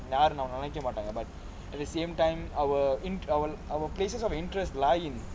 யாரும் ஒன்னும் நினைக்க மாட்டாங்க:yaarum onnum ninaikka maataanga but at the same time our in our our places of interest lie in